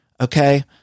Okay